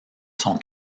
son